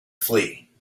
flee